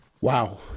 Wow